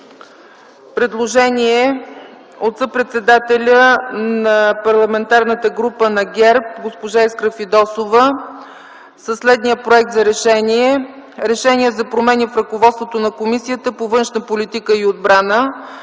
предложение от съпредседателя на Парламентарната група на ГЕРБ госпожа Искра Фидосова със следния Проект за решение: „Р Е Ш Е Н И Е за промени в ръководството на Комисията по външна политика и отбрана